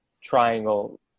Triangle